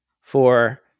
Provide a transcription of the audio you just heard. for-